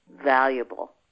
valuable